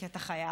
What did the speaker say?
כי אתה חייב,